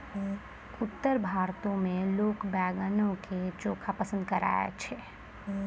उत्तर भारतो मे लोक बैंगनो के चोखा पसंद करै छै